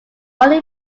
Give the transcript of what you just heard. only